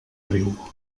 riu